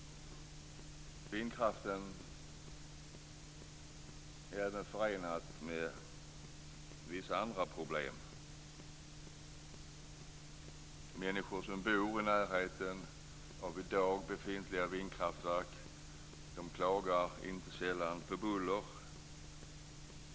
Vindkraften är också förenad med vissa andra problem. Människor som i dag bor i närheten av befintliga vindkraftverk klagar inte sällan på buller.